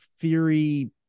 Theory